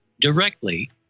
directly